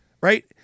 right